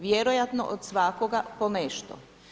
Vjerojatno od svakoga po nešto.